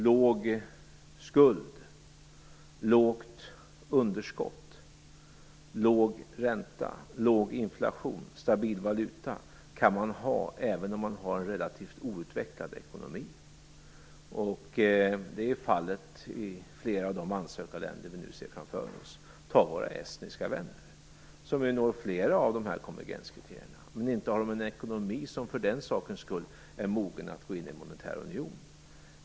Låg skuld, lågt underskott, låg ränta, låg inflation, stabil valuta kan man ha även om man har en relativt outvecklad ekonomi, vilket är fallet i flera av de ansökarländer som vi nu ser framför oss. Ta bara våra estniska vänner, som ju uppnår flera av dessa konvergenskriterier. Men inte har de en ekonomi som för den sakens skull gör dem mogna att gå in i den monetära unionen.